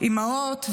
אימהות ואחיות,